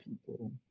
people